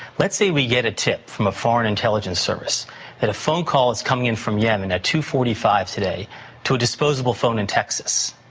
let's say we get a tip from a foreign intelligence service that a phone call is coming in from yemen at two forty five today to a disposable phone in texas.